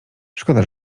szkoda